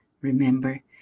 remember